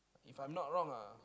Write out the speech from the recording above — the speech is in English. if I'm not wrong uh